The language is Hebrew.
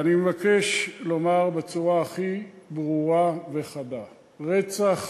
אני מבקש לומר, בצורה הכי ברורה וחדה: רצח